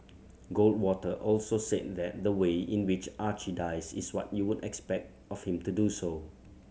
goldwater also said that the way in which Archie dies is what you would expect of him to do so